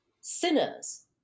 sinners